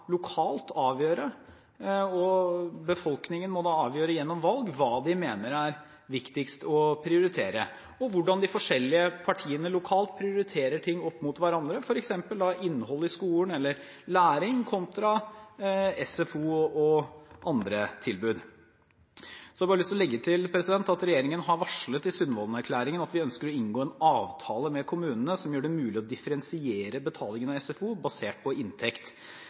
avgjøre gjennom valg – hva man mener er viktigst å prioritere, og hvordan de forskjellige partiene lokalt prioriterer ting opp mot hverandre, f.eks. innholdet i skolen, eller læring, kontra SFO og andre tilbud. Så har jeg bare lyst til å legge til at regjeringen har varslet i Sundvolden-erklæringen at vi ønsker å inngå en avtale med kommunene som gjør det mulig å differensiere betalingen av SFO, basert på inntekt.